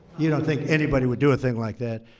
you don't think anybody would do a thing like that.